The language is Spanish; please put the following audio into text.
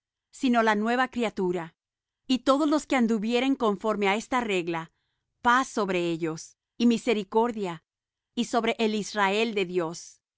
sino la nueva criatura y todos los que anduvieren conforme á esta regla paz sobre ellos y misericordia y sobre el israel de dios